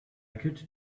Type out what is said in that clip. could